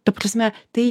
ta prasme tai